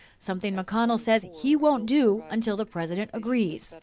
something mcconnell says he won't do until the president agrees.